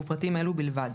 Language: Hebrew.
ופרטים אלה בלבד,